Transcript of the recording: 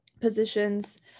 positions